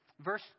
Verse